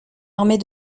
armée